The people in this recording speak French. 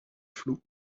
flots